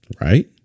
Right